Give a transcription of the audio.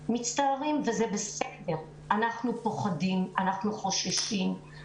מצטערים, וזה בסדר, אנחנו פוחדים, אנחנו חוששים.